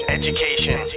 education